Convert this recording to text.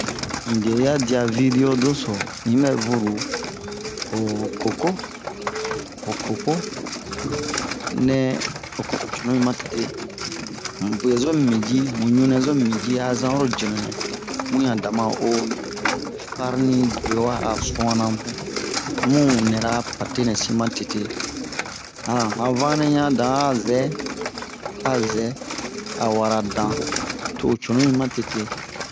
in deriya diya videwo doso in yi ɓɛ vuru ho koko ho koko nɛ ho koko cunu min matete um ɓiyɛ zo mi mu ji mu ɲunɛ zomi mu ji a zan oro jenu-yɛ muɲan dama o farni dure wa a sunna bun a mu nɛra pate nɛ sin matete han vanle ɲan da a zɛɛ a zɛɛ a wara dan to o cunu min matete